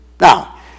Now